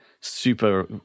super